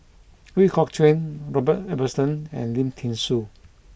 Ooi Kok Chuen Robert Ibbetson and Lim Thean Soo